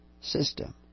system